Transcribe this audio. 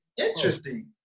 Interesting